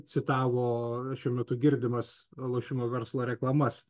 citavo šiuo metu girdimas lošimo verslo reklamas